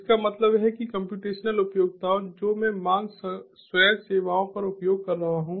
इसका मतलब है कि कम्प्यूटेशनल उपयोगिता जो मैं मांग स्वयं सेवाओं पर उपयोग कर रहा हूं